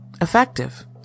effective